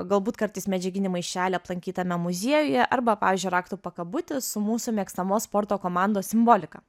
galbūt kartais medžiaginį maišelį aplankytame muziejuje arba pavyzdžiui raktų pakabutį su mūsų mėgstamos sporto komandos simbolika